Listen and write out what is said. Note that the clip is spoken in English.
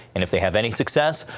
if they have any success,